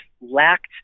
lacked